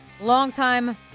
Longtime